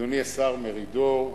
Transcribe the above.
אדוני השר מרידור,